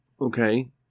Okay